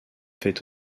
fait